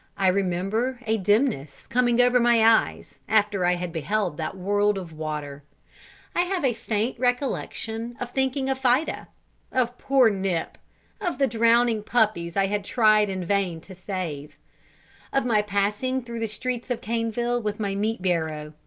i remember a dimness coming over my eyes after i had beheld that world of water i have a faint recollection of thinking of fida of poor nip of the drowning puppies i had tried in vain, to save of my passing through the streets of caneville with my meat-barrow,